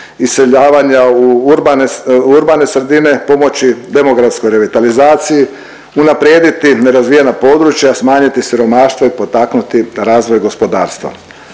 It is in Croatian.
iseljavanja u urbane sredine pomoći demografskoj revitalizaciji, unaprijediti nerazvijena područja, smanjiti siromaštva i potaknuti razvoj gospodarstva.